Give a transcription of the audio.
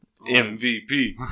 MVP